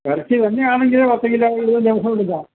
ഇറച്ചി തന്നെ ആണെങ്കിൽ പത്ത് കിലോ വീതം ദിവസവുമെടുക്കാം